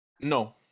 no